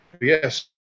Yes